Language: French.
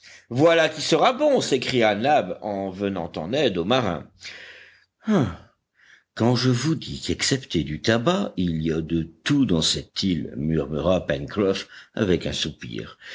voilà qui sera bon s'écria nab en venant en aide au marin quand je vous dis qu'excepté du tabac il y a de tout dans cette île murmura pencroff avec un soupir